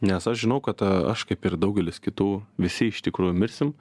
nes aš žinau kad aš kaip ir daugelis kitų visi iš tikrųjų mirsim